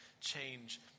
change